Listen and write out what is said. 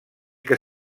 que